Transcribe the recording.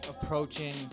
approaching